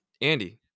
Andy